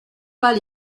pas